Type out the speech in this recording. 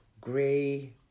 gray